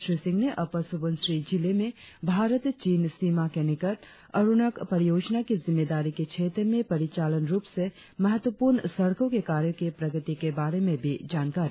श्री सिंह ने अपर सुबनसिरी जिले में भारत चीन सीमा के निकट अरुणक परियोजना की जिम्मेदारी के क्षेत्र में परिचालन रुप से महत्वपूर्ण सड़कों के कार्यों की प्रगति के बारे में बताया